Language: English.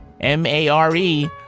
M-A-R-E